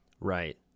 Right